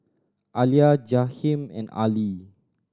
Alia Jaheim and Arlie